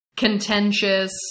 contentious